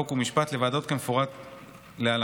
חוק ומשפט לוועדות כמפורט להלן: